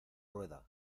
rueda